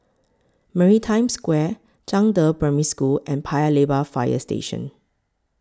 Maritime Square Zhangde Primary School and Paya Lebar Fire Station